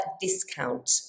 discount